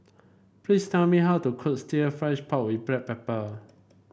please tell me how to cook fried pork with Black Pepper